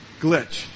glitch